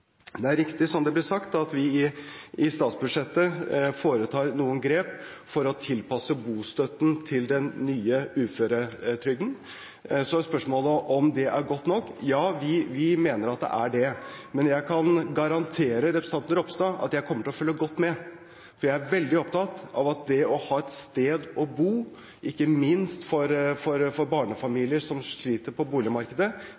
Det er riktig, som det ble sagt, at vi i statsbudsjettet foretar noen grep for å tilpasse bostøtten til den nye uføretrygden. Så er spørsmålet om det er godt nok. Ja, vi mener at det er det. Men jeg kan garantere representanten Ropstad at jeg kommer til å følge godt med, for jeg er veldig opptatt av at det å ha et sted å bo, ikke minst for